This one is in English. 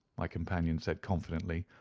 my companion said, confidently,